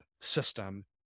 system